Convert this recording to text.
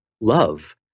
love